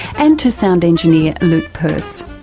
and to sound engineer luke purse.